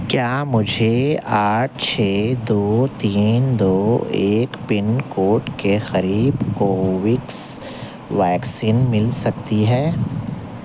کیا مجھے آٹھ چھ دو تین دو ایک پن کوڈ کے قریب کو وکس ویکسین مل سکتی ہے